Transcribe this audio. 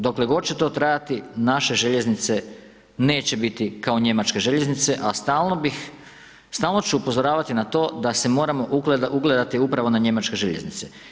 Dokle god će to trajati, naše željeznice neće biti kao njemačke željeznice, a stalno ću upozoravati na to da se moramo ugledati upravo na njemačke željeznice.